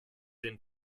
den